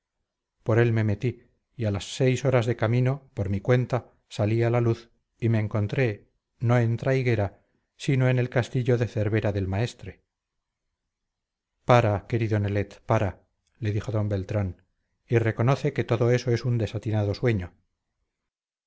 por él me metí y a las seis horas de camino por mi cuenta salí a la luz y me encontré no en traiguera sino en el castillo de cervera del maestre para querido nelet para le dijo don beltrán y reconoce que todo eso es un desatinado sueño